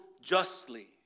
justly